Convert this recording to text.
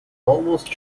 almost